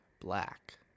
black